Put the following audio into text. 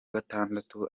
gatandatu